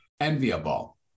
enviable